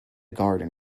garden